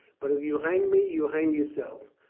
but if you hang me, you hang yourself.